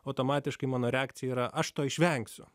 automatiškai mano reakcija yra aš to išvengsiu